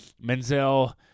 Menzel